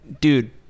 dude